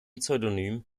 pseudonym